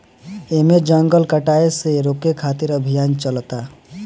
एमे जंगल कटाये से रोके खातिर अभियान चलता